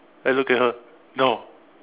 I look at her no